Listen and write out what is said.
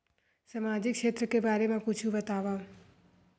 सामजिक क्षेत्र के बारे मा कुछु बतावव?